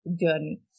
journey